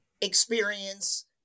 experience